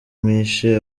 mwishe